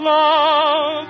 love